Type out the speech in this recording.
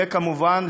וכמובן,